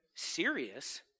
Serious